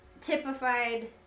typified